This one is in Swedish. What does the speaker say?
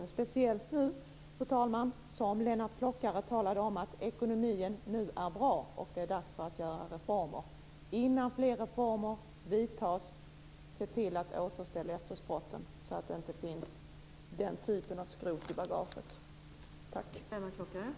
Det gäller speciellt nu, fru talman, med tanke på att Lennart Klockare talade om att ekonomin är bra och att det är dags att genomföra reformer. Innan fler reformer genomförs - se till att återställa löftespotten så att inte den typen av skrot finns i bagaget!